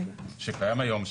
שקיים היום,